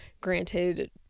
Granted